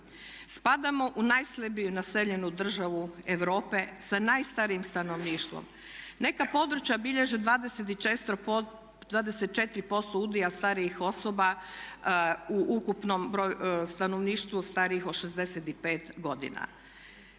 Spadamo u najslabije naseljenu državu Europe sa najstarijim stanovništvom. Neka područja bilježe 24% udjela starijih osoba u ukupnom stanovništvu starijih od 65 godina.